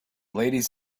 ladies